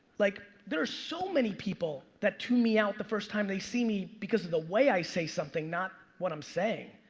like there are so many people that tune me out the first time they see me because of the way i say something, not what i'm saying.